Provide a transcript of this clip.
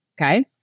Okay